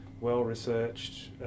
well-researched